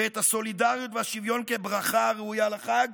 והסולידריות והשוויון, כברכה הראויה לחג?